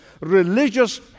religious